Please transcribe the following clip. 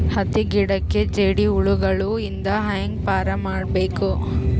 ಹತ್ತಿ ಗಿಡಕ್ಕೆ ಜೇಡ ಹುಳಗಳು ಇಂದ ಹ್ಯಾಂಗ್ ಪಾರ್ ಮಾಡಬೇಕು?